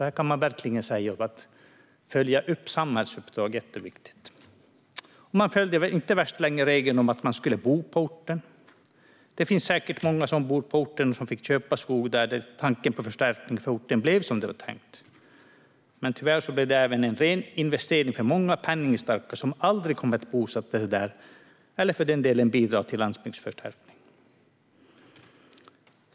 Här kan man verkligen säga att det är jätteviktigt att följa upp samhällsuppdrag. De följde inte så värst länge regeln om att man skulle bo på orten. Det finns säkert många som bor på orten som fick köpa skog och där förstärkningen för orten blev som den var tänkt. Men tyvärr blev det även en ren investering för många penningstarka som aldrig kommer att bosätta sig där eller för den delen bidra till landsbygdens förstärkning.